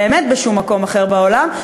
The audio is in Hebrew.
באמת בשום מקום אחר בעולם,